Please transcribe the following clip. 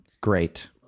great